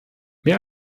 mehr